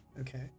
Okay